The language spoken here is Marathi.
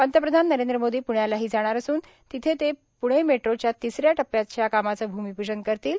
पंतप्रधान नरेंद्र मोदी प्ण्यालाही जाणार असून तिथे ते प्णे मेट्रोच्या तिसऱ्या टप्प्याच्या कामाचं भूमिपूजन करतील